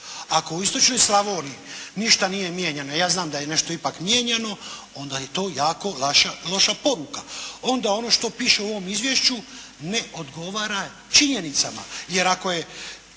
Ako u Istočnoj Slavoniji ništa nije mijenjano, ja znam da je nešto ipak mijenjano, onda je to jako vaša loša poruka. Onda ono što piše u ovom Izvješću, ne odgovara činjenicama.